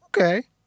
Okay